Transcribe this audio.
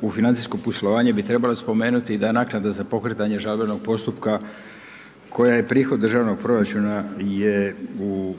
U financijsko poslovanje bi trebali spomenuti da naknada za pokretanje žalbenog postupka koja je prihod državnog proračuna je u